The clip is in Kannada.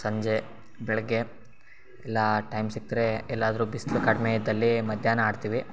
ಸಂಜೆ ಬೆಳಿಗ್ಗೆ ಎಲ್ಲ ಟೈಮ್ ಸಿಕ್ಕಿದ್ರೆ ಎಲ್ಲಾದ್ರೂ ಬಿಸಿಲು ಕಡಿಮೆ ಇದ್ದಲ್ಲಿ ಮಧ್ಯಾಹ್ನ ಆಡ್ತೀವಿ